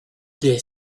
des